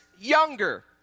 younger